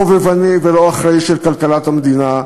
חובבני ולא אחראי של כלכלת המדינה,